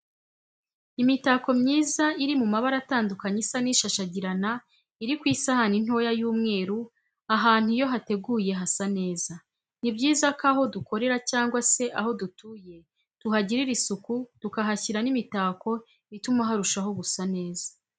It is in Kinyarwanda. Imitako myiza iri mu mabara atanduka isa n'ishashagirana iri kw'isahani ntoya y'umweru, ahantu iyo hateguye hasa neza, ni byiza ko aho dukorera cyangwa se aho dutuye tuhagirira isuku tukahashyira n' imitako ituma harushaho gusa neza.